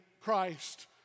Christ